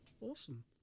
Awesome